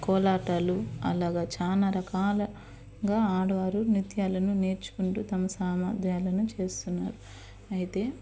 కోలాటాలు అలా చాలా రకాలుగా ఆడవారు నృత్యాలను నేర్చుకుంటూ తమ సామర్థ్యాలను చేస్తున్నారు అయితే